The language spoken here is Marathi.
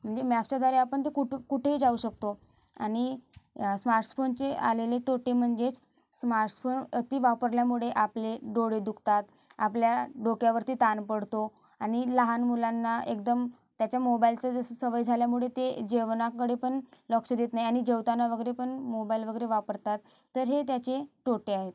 म्हणजे मॅपच्याद्वारे आपण कुठ कुठेही जाऊ शकतो आणि स्मार्टस्फोनचे आलेले तोटे म्हणजेच स्मार्टस्फोन अति वापरल्यामुळे आपले डोळे दुखतात आपल्या डोक्यावरती ताण पडतो आणि लहान मुलांना एकदम त्याचं मोबाईलची जास्त सवय झाल्यामुळे ते जेवणाकडेपण लक्ष देत नाही आणि जेवतांना वगैरे पण मोबाईल वगैरे वापरतात तर हे त्याचे तोटे आहेत